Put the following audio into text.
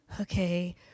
okay